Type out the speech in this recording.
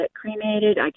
cremated